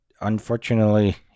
unfortunately